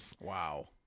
Wow